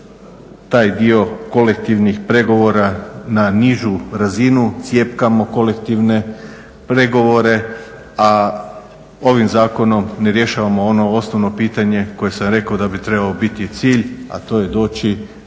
taj dio kolektivnih pregovora na nižu razinu, cjepkamo kolektivne pregovore. A ovim zakonom ne rješavamo ono osnovno pitanje koje sam rekao da bi trebalo biti cilj, a to je doći